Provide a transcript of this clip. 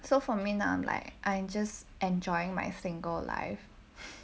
so for me now I'm like I'm just enjoying my single life